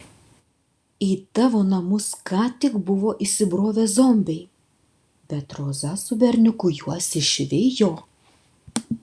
į tavo namus ką tik buvo įsibrovę zombiai bet roza su berniuku juos išvijo